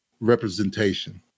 representation